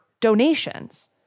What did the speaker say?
donations